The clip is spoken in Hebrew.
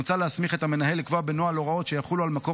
מוצע להסמיך את המנהל לקבוע בנוהל הוראות שיחולו על מקור